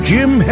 Jim